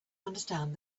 understand